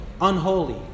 unholy